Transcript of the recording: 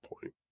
point